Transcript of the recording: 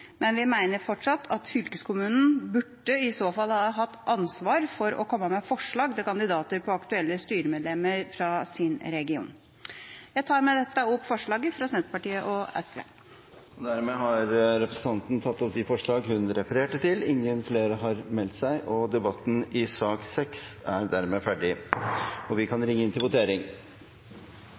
men vi mener fortsatt at fylkeskommunen i så fall burde hatt ansvar for å komme med forslag til kandidater på aktuelle styremedlemmer fra sin region. Jeg tar med dette opp forslaget fra Senterpartiet og SV. Representanten Anne Tingelstad Wøien har tatt opp det forslaget hun refererte til. Flere har ikke bedt om ordet til sak nr. 6. Etter at det var ringt til votering, uttalte Da er Stortinget klar til å gå til votering.